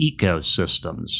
ecosystems